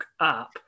app